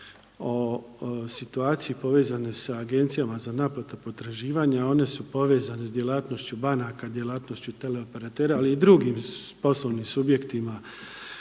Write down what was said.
o situaciji povezanoj sa agencijama za naplatu potraživanja a one su povezane sa djelatnošću bankama, djelatnošću teleoperatera ali i drugim poslovnim subjektima.